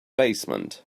basement